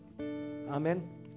Amen